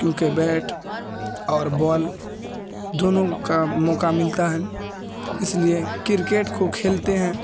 کیونکہ بیٹ اور بال دونوں کا موقع ملتا ہے اس لیے کرکٹ کو کھیلتے ہیں